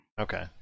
okay